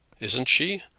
isn't she?